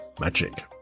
magic